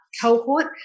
cohort